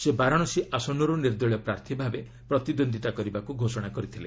ସେ ବାରାଣସୀ ଆସନରୁ ନିର୍ଦ୍ଦଳୀୟ ପ୍ରାର୍ଥୀ ଭାବେ ପ୍ରତିଦ୍ୱନ୍ଦ୍ୱିତା କରିବାକୁ ଘୋଷଣା କରିଥିଲେ